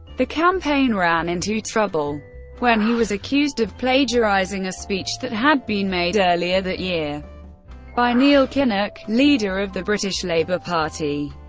the campaign ran into trouble when he was accused of plagiarizing a speech that had been made earlier that year by neil kinnock, leader of the british labour party.